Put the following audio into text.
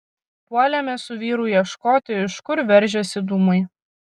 puolėme su vyru ieškoti iš kur veržiasi dūmai